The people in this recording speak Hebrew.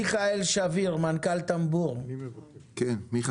מיכאל שרייר, מנכ"ל טמבור, בבקשה.